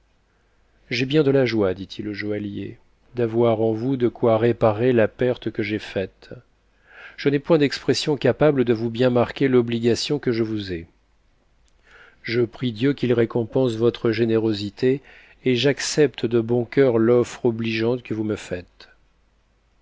j'ai bien de la joie dit-il au joaillier d'avoir en vous de quoi réparer la perte que j'ai faite je n'ai point d'expressions capables de vous bien marquer l'obligation que je vous ai je prie dieu qu'il récompense votre générosité et j'accepte de bon cœur l'offre obligeante que vous me faites